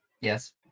Yes